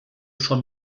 schon